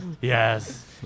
Yes